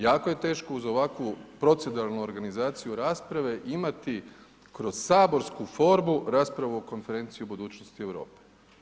Jako je teško uz ovakvu proceduralnu organizaciju rasprave imati kroz saborsku formu, raspravu o konferenciji o budućnosti Europe.